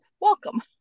Welcome